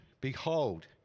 Behold